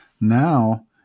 Now